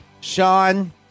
Sean